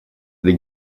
the